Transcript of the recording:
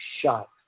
shot